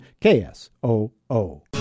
K-S-O-O